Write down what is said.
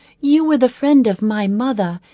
you were the friend of my mother,